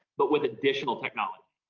but with additional technology.